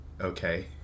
okay